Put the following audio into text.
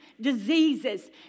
diseases